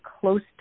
close